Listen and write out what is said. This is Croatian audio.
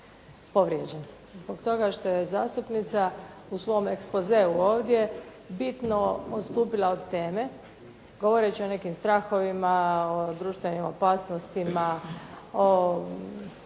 zbog toga što je zastupnica u svom ekspozeu ovdje bitno odstupila od teme govoreći o nekim strahovima, o društvenim opasnostima.